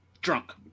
Drunk